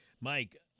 Mike